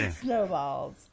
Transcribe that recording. Snowballs